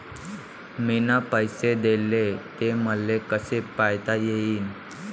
मिन पैसे देले, ते मले कसे पायता येईन?